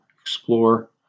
explore